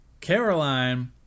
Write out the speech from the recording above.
Caroline